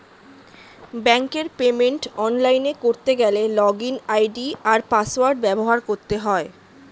ব্যাঙ্কের পেমেন্ট অনলাইনে করতে গেলে লগইন আই.ডি আর পাসওয়ার্ড ব্যবহার করতে হয়